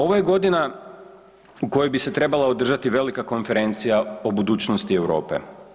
Ovo je godina u kojoj bi se trebala održati velika konferencija o budućnosti Europe.